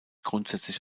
grundsätzlich